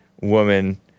woman